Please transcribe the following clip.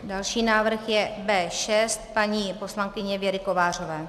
Další návrh je B6 paní poslankyně Věry Kovářové.